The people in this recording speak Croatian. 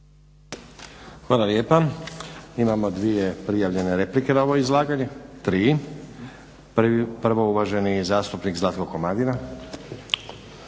Hvala lijepa. Imamo dvije prijavljene replike na ovo izlaganje, tri. Prvo uvaženi zastupnik Zlatko Komadina.